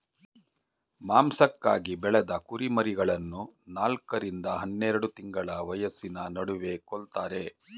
ಮಾಂಸಕ್ಕಾಗಿ ಬೆಳೆದ ಕುರಿಮರಿಗಳನ್ನು ನಾಲ್ಕ ರಿಂದ ಹನ್ನೆರೆಡು ತಿಂಗಳ ವಯಸ್ಸಿನ ನಡುವೆ ಕೊಲ್ತಾರೆ